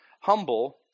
Humble